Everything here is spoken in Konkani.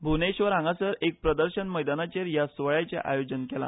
भुवनेश्वर हांगासार एक प्रदर्शन मैदानाचेर ह्या सुवाळ्याचे आयोजन केला